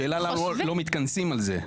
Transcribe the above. השאלה היא למה לא מתכנסים על זה.